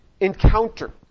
encounter